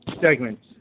segments